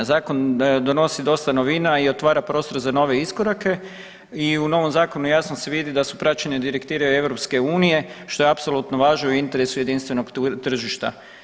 Zakon donosi dosta novina i otvara prostor za nove iskorake i u novom zakonu jasno se vidi da su praćene direktive EU, što je apsolutno važno i u interesu jedinstvenog tržišta.